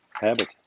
Habit